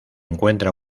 encuentra